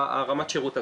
רמת השירות הזאת.